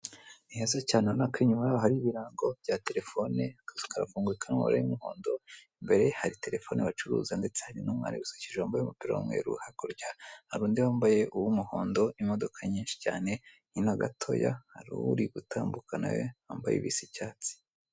Ni heza cyane urabona ko inyuma yaho hari ibirango bya terefone, akazu karafunguye kari mu mabara y'umuhondo, imbere hari terefone bacuruza ndetse hari n'umwari wisukishije wambaye umupira w'umweru, hakurya hari undi wambaye uw'umuhondo, imodoka nyinshi cyane, hino gatoya hari uri gutambuka na we wambaye ibisa icyatsi.